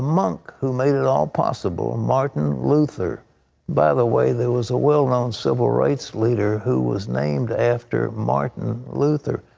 monk who made it all possible, martin luther by the way, there was a well-known civil rights leader who was named after martin luther,